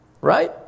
Right